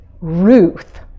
Ruth